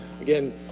again